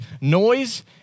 noise